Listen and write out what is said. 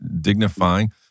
dignifying